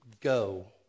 Go